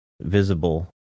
visible